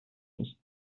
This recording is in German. ich